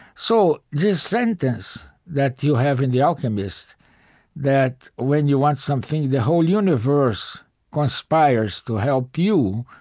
so this sentence that you have in the alchemist that, when you want something, the whole universe conspires to help you.